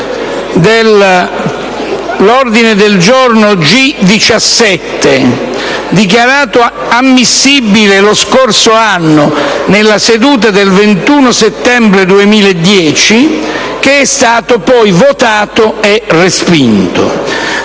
dell'ordine del giorno G17 dichiarato ammissibile lo scorso anno nella seduta del 21 settembre 2010, che è stato poi votato e respinto.